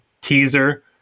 teaser